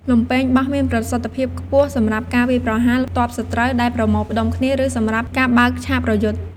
លំពែងបោះមានប្រសិទ្ធភាពខ្ពស់សម្រាប់ការវាយប្រហារទ័ពសត្រូវដែលប្រមូលផ្តុំគ្នា ឬសម្រាប់ការបើកឆាកប្រយុទ្ធ។